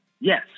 yes